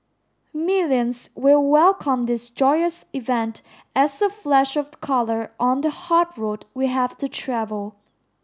millions will welcome this joyous event as a flash of the colour on the hard road we have to travel